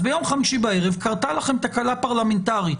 אז ביום חמישי בערב קרתה לכם תקלה פרלמנטרית.